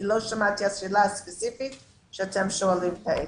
כי לא שמעתי את השאלה הספציפית שאתם שואלים כעת.